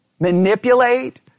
manipulate